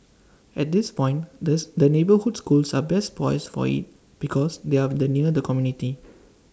at this point this the neighbourhood schools are best poised for IT because they are of the near the community